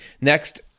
Next